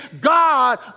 God